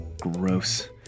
Gross